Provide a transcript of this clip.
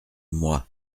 moi